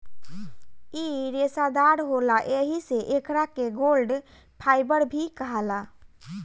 इ रेसादार होला एही से एकरा के गोल्ड फाइबर भी कहाला